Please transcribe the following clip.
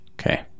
Okay